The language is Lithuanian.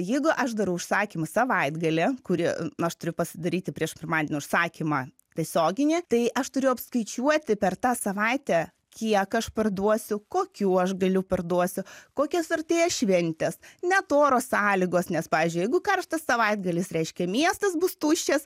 jeigu aš darau užsakymą savaitgalį kuri aš turiu pasidaryti prieš pirmadienio užsakymą tiesioginį tai aš turiu apskaičiuoti per tą savaitę kiek aš parduosiu kokių aš gėlių parduosiu kokios artėja šventės net oro sąlygos nes pavyzdžiui jeigu karštas savaitgalis reiškia miestas bus tuščias